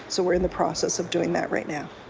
so we're in the process of doing that right now.